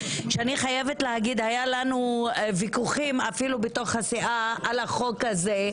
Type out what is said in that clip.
אני חייבת לומר שהיו לנו ויכוחים אפילו בתוך הסיעה על החוק הזה,